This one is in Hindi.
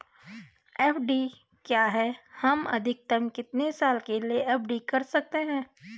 एफ.डी क्या है हम अधिकतम कितने साल के लिए एफ.डी कर सकते हैं?